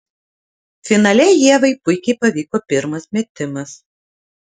finale ievai puikiai pavyko pirmas metimas